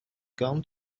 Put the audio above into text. gone